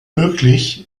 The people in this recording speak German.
möglich